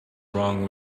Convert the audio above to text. wrong